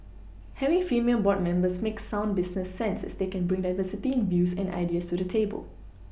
having female board members makes sound business sense as they can bring diversity in views and ideas to the table